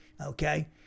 okay